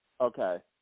okay